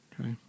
Okay